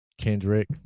Kendrick